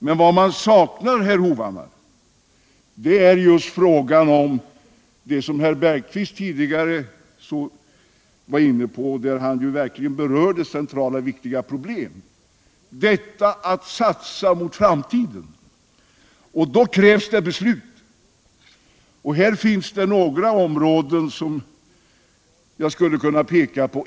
Men vad man saknar, herr Hovhammar, är just det som Holger Bergqvist tidigare var inne på, när han berörda verkligt centrala och viktiga problem — detta att satsa mot framtiden. Då krävs det beslut, och här finns några områden som jag skulle kunna peka på.